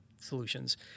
solutions